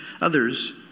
others